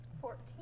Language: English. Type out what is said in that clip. Fourteen